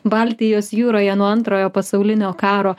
baltijos jūroje nuo antrojo pasaulinio karo